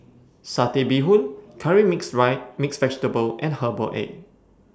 Satay Bee Hoon Curry Mixed Vegetable and Herbal Egg